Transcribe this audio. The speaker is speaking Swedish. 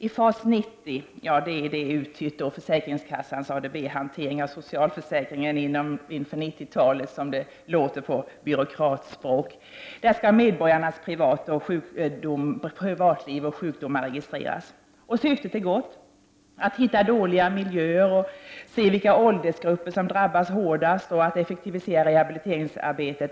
I FAS 90, dvs. försäkringskassans ADB-hantering av socialförsäkringen inför 90-talet som det heter på byråkratspråk, skall medborgarnas privatliv och sjukdomar registreras. Syftet är gott, dvs. att hitta dåliga miljöer, se vilka åldersgrupper som drabbas hårdast och att effektivisera rehabiliteringsarbetet.